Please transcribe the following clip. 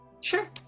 Sure